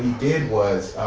did was,